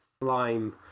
Slime